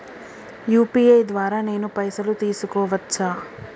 UPI ద్వారా నేను పైసలు తీసుకోవచ్చా?